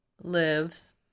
lives